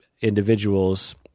individuals